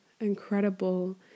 incredible